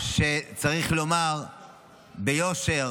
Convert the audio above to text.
צריך לומר ביושר,